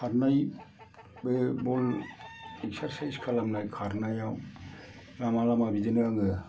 खारनाय बे बल एकसारसाइस खालामनाय खारनायाव लामा लामा बिदिनो आङो